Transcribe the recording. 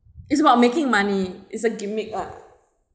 it's about making money it's a gimmick [one]